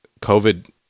COVID